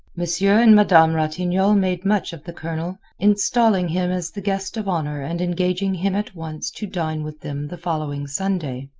monsieur and madame ratignolle made much of the colonel, installing him as the guest of honor and engaging him at once to dine with them the following sunday,